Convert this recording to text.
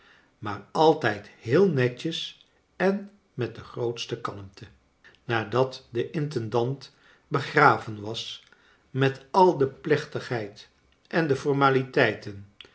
maar altijd heel netjes en met de grootste kalmte nadat de intendant begraven was met al de plechtigheid en de formaliteiten